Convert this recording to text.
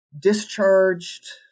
discharged